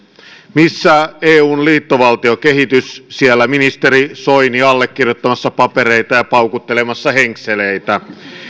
missä eun liittovaltiokehitys siellä ministeri soini allekirjoittamassa papereita ja paukuttelemassa henkseleitä